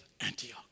Antioch